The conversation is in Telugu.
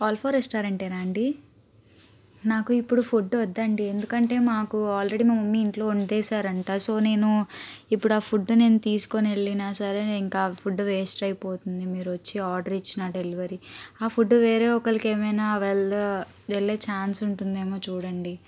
ఆల్ఫా రెస్టారెంటేనా అండీ నాకు ఇప్పుడు ఫుడ్ వద్దండీ ఎందుకంటే మాకు ఆల్రెడీ మా మమ్మీ ఇంట్లో వండేశారంట సో నేను ఇప్పుడు ఆ ఫుడ్ నేను తీసుకుని వెళ్ళినా సరే ఇంక ఫుడ్ వేస్ట్ అయిపోతుంది మీరు వచ్చి ఆర్డర్ ఇచ్చినా డెలివరీ ఆ ఫుడ్ వేరే ఒకళ్ళకి ఏమైనా వెళ్ళ వెళ్లే ఛాన్స్ ఉంటుందేమో చూడండి